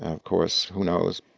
of course. who knows?